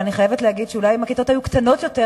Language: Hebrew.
אבל אני חייבת להגיד שאם הכיתות היו קטנות יותר,